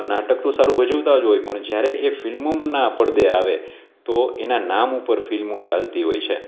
નાટક તો સારું ભજવતાં જ હોય પણ જ્યારે એ ફિલ્મો ના પડદે આવે તો એનાં નામ ઉપર ફિલ્મો ચાલતી હોય છે